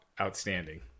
outstanding